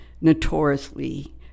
notoriously